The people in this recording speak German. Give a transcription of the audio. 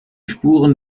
spuren